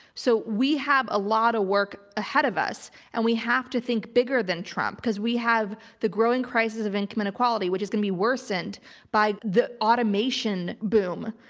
so we have a lot of work ahead of us and we have to think bigger than trump cause we have the growing crisis of income inequality, which is going to be worsened by the automation boom,